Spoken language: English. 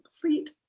complete